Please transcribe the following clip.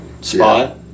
spot